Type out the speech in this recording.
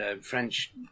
French